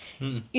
mm